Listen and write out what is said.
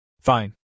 Fine